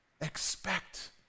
Expect